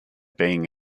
being